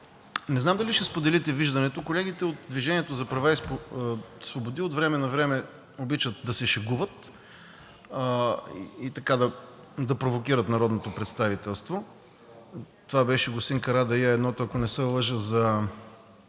Не знам дали ще споделите виждането, че колегите от „Движение за права и свободи“ от време на време обичат да се шегуват и да провокират народното представителство. Господин Карадайъ, едното беше, ако не се лъжа, за